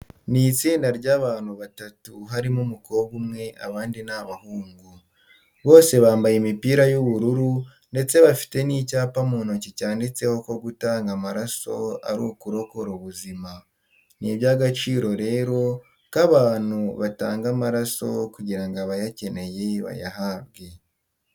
Ni itsinda ry'abantu batanu harimo umukobwa umwe, abandi ni abahungu. Bose bambaye imipira y'ubururu ndetse bafite n'icyapa mu ntoki cyanditseho ko gutanga amaraso ari ukurokora ubuzima. Ni iby'agaciro rero ko abantu batanga amaraso kugira ngo abayakeneye bayahabwe.